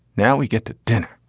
now we get to dinner.